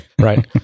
Right